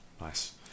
Nice